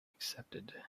accepted